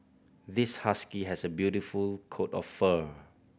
this husky has a beautiful coat of fur